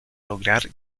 lograr